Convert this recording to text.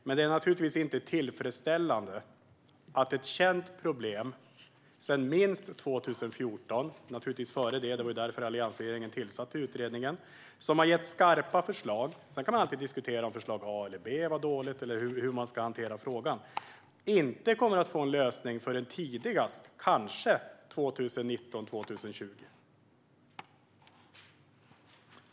Men det är naturligtvis inte tillfredsställande att ett problem som har varit känt sedan åtminstone 2014, och naturligtvis har varit känt innan dess - det var därför som alliansregeringen tillsatte den utredning som har gett skarpa förslag - inte kommer att få en lösning förrän tidigast 2019 eller 2020. Sedan kan man alltid diskutera om förslag A eller B var dåligt eller hur man ska hantera frågan.